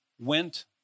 went